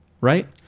right